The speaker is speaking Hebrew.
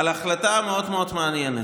על החלטה מאוד מאוד מעניינת: